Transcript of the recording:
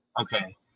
Okay